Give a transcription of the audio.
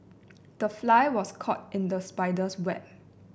the fly was caught in the spider's web